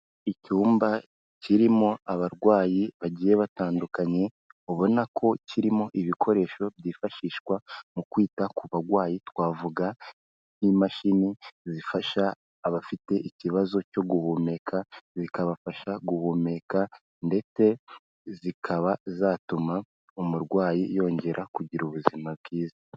Icyumba kirimo abarwayi bagiye batandukanye, ubona ko kirimo ibikoresho byifashishwa mu kwita ku barwayi, twavuga n'imashini zifasha abafite ikibazo cyo guhumeka, bikabafasha guhumeka ndetse zikaba zatuma umurwayi yongera kugira ubuzima bwiza.